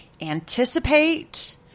anticipate